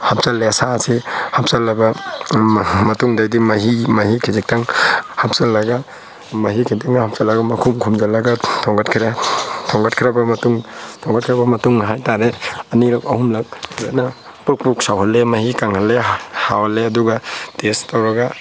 ꯍꯥꯞꯆꯤꯟꯂꯦ ꯁꯥꯁꯤ ꯍꯥꯞꯆꯤꯟꯂꯕ ꯃꯇꯨꯡꯗꯩꯗꯤ ꯃꯍꯤ ꯃꯍꯤ ꯈꯖꯤꯛꯇꯪ ꯍꯥꯞꯆꯤꯟꯂꯒ ꯃꯍꯤ ꯈꯖꯤꯛꯇꯪ ꯍꯥꯞꯆꯤꯟꯂꯒ ꯃꯈꯨꯝ ꯈꯨꯝꯖꯤꯟꯂꯒ ꯊꯣꯡꯒꯠꯈ꯭ꯔꯦ ꯊꯣꯡꯒꯠꯈꯇ꯭ꯔꯕ ꯃꯇꯨꯡ ꯊꯣꯡꯒꯠꯈꯇ꯭ꯔꯕ ꯃꯇꯨꯡ ꯍꯥꯏꯇꯥꯔꯦ ꯑꯅꯤꯔꯛ ꯑꯍꯨꯝꯂꯛ ꯐꯖꯅ ꯄ꯭ꯔꯣꯛ ꯄ꯭ꯔꯣꯛ ꯁꯧꯍꯜꯂꯦ ꯃꯍꯤ ꯀꯪꯍꯟꯂꯦ ꯍꯥꯎꯍꯜꯂꯦ ꯑꯗꯨꯒ ꯇꯦꯁ ꯇꯧꯔꯒ